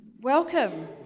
welcome